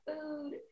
food